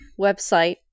website